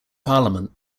parliament